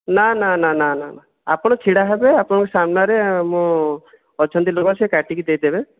ନା ନା ନା ନା ନା ଆପଣ ଛିଡା ହେବେ ଆପଣଙ୍କ ସାମ୍ନାରେ ମୁଁ ଅଛନ୍ତି ଲୋକ ସେମାନେ କାଟିକି ଦେଇ ଦେବେ